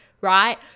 right